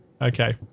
Okay